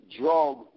drug